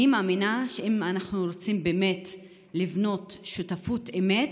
אני מאמינה שאם אנחנו רוצים באמת לבנות שותפות אמת,